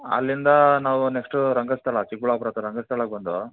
ಅಲ್ಲಿಂದ ನಾವು ನೆಕ್ಸ್ಟ್ ರಂಗಸ್ಥಳ ಚಿಕ್ಕಬಳ್ಳಾಪುರ ಹತ್ತಿರ ರಂಗಸ್ಥಳಕ್ಕೆ ಬಂದು